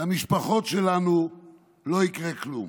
למשפחות שלנו לא יקרה כלום.